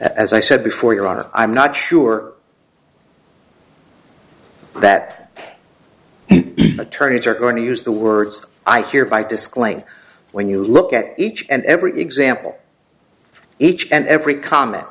as i said before your honor i'm not sure that attorneys are going to use the words i care by disclaimer when you look at each and every example each and every comment